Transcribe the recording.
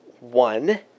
One